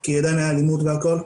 כי עדיין הייתה אלימות והכול,